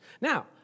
Now